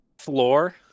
Floor